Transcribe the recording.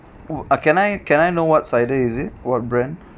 !woo! uh can I can I know what cider is it what brand